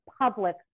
public